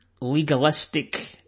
legalistic